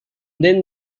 then